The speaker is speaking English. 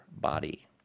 body